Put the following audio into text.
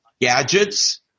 gadgets